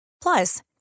plus